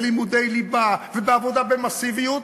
בלימודי ליבה ובעבודה במסיביות,